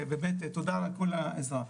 ובאמת תודה על כל העזרה.